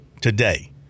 today